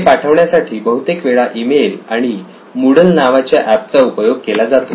हे पाठवण्यासाठी बहुतेक वेळा ई मेल किंवा मूडल नावाच्या एप चा उपयोग केला जातो